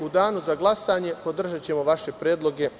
U danu za glasanje podržaćemo vaše predloge.